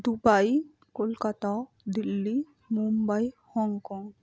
Dubai Kolkata Delhi Mumbai Hong Kong